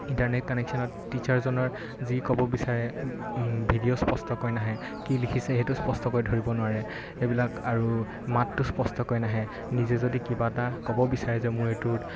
internet কানেকশ্যনত টিচাৰজনৰ যি ক'ব বিচাৰে ভিডিঅ' স্পষ্টকৈ নাহে কি লিখিছে সেইটো স্পষ্টকৈ ধৰিব নোৱাৰে এইবিলাক আৰু মাতটো স্পষ্টকৈ নাহে নিজে যদি কিবা এটা ক'ব বিচাৰে যে মোৰ এইটো